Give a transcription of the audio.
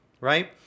right